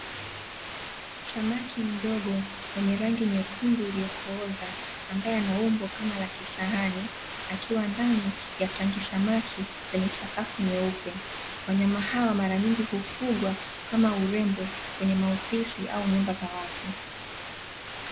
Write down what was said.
Samaki mdogo mwenye rangi nyekundu iliyokoza ambaye ana umbo kama la kisahani, akiwa ndani ya tangi samaki lenye sakafu nyeupe. Wanyama hawa mara nyingi hufugwa kama urembo kwenye maofisi au nyumba za watu.